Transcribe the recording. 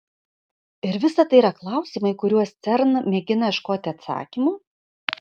ir visa tai yra klausimai į kuriuos cern mėgina ieškoti atsakymų